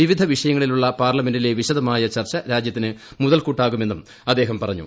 വിവിധ വിഷയങ്ങളിലുള്ള പാർലമെന്റിലെ വിശദമായ ചർച്ച രാജ്യത്തിന് മുതൽക്കൂട്ടാകുമെന്നും അദ്ദേഹം പറഞ്ഞു